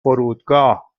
فرودگاه